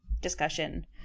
discussion